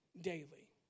daily